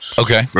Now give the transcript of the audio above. Okay